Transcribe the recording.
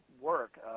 work